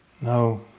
No